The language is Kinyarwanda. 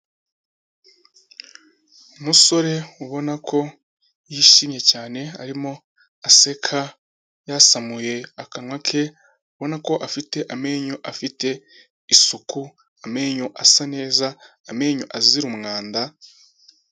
Umusore ubona ko yishimye cyane, arimo aseka yasamuye akanwa ke, ubona ko afite amenyo afite isuku, amenyo asa neza, amenyo azira umwanda.